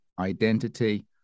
identity